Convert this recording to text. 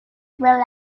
rely